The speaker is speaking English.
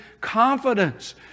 confidence